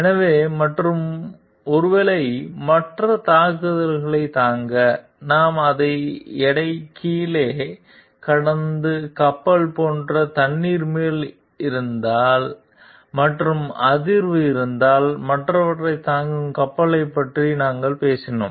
எனவே மற்றும் ஒருவேளை மற்ற தாக்குதல்களைத் தாங்க நாம் அதை எடை கீழே கடந்து கப்பல்கள் போன்ற தண்ணீர் மேல் இருந்தால் மற்றும் அதிர்வு இருந்தால் மற்றவற்றைத் தாக்கும் கப்பல்களைப் பற்றி நாங்கள் பேசினோம்